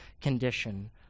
condition